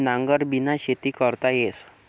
नांगरबिना खेती करता येस